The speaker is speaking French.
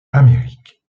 amérique